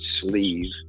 sleeve